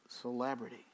Celebrity